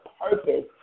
purpose